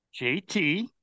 JT